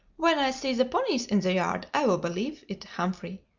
when i see the ponies in the yard, i will believe it, humphrey.